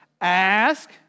Ask